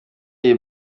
iyi